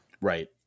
Right